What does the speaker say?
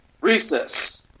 Recess